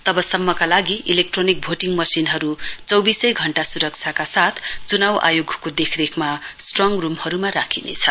तबसम्मका लागि electronic voting मशिनहरू चौविसै घण्टा सुरक्षाका साथ चुनाउ आयोगको देखरेखमा स्ट्रङ रूमहरूमा राखिनेछ